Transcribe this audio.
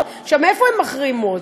עכשיו, מאיפה הן מחרימות?